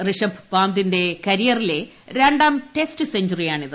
ഋഷഭ് പന്തിന്റെ കരിയറിലെ രണ്ടാം ടെസ്റ്റ് സെഞ്ചുറിയാണിത്